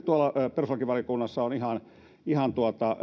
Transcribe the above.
perustuslakivaliokunnassa on ihan ihan